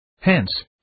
Hence